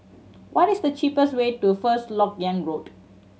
what is the cheapest way to First Lok Yang Road